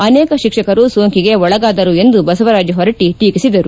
ಅನೇಕ ಶಿಕ್ಷಕರು ಸೋಂಕಿಗೆ ಒಳಗಾದರು ಎಂದು ಬಸವರಾಜ್ ಹೊರಟ್ಟಿ ಟೀಕಿಸಿದರು